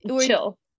chill